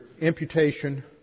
imputation